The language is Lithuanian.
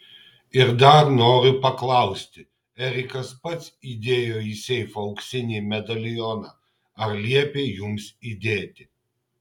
ir dar noriu paklausti erikas pats įdėjo į seifą auksinį medalioną ar liepė jums įdėti